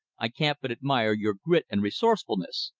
i can't but admire your grit and resourcefulness.